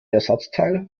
ersatzteil